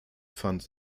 fand